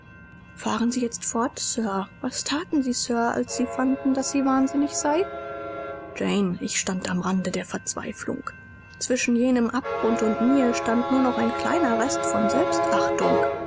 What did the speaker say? fahren sie jetzt fort sir was thaten sie sir als sie fanden daß sie wahnsinnig sei jane ich stand am rande der verzweiflung zwischen jenem abgrund und mir stand nur noch ein kleiner rest von selbstachtung